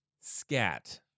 scat